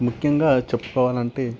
ముఖ్యంగా చెప్పాలి అంటే